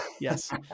Yes